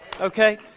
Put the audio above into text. Okay